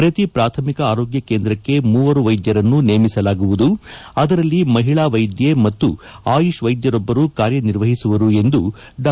ಪ್ರತಿ ಪ್ರಾಥಮಿಕ ಆರೋಗ್ಡ ಕೇಂದ್ರಕ್ಷೆ ಮೂವರು ವೈದ್ಯರನ್ನು ನೇಮಿಸಲಾಗುವುದು ಅದರಲ್ಲಿ ಮಹಿಳಾ ವೈದ್ಯೆ ಮತ್ತು ಆಯುಷ್ ವೈದ್ಯರೊಬ್ಬರು ಕಾರ್ಯನಿರ್ವಹಿಸುವರು ಎಂದು ಡಾ